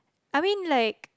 I mean like